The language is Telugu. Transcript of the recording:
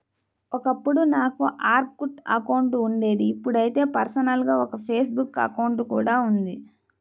ఒకప్పుడు నాకు ఆర్కుట్ అకౌంట్ ఉండేది ఇప్పుడైతే పర్సనల్ గా ఒక ఫేస్ బుక్ అకౌంట్ కూడా ఉంది